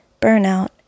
burnout